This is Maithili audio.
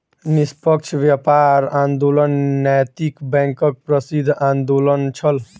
निष्पक्ष व्यापार आंदोलन नैतिक बैंकक प्रसिद्ध आंदोलन छल